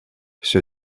все